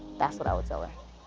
that's what i would tell her.